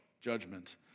judgment